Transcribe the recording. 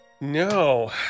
No